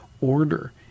order